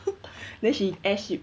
then she airship